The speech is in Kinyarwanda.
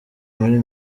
muri